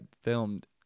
filmed